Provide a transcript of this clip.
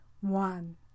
One